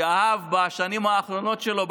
שבשנים האחרונות שלו,